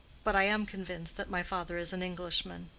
but i am convinced that my father is an englishman.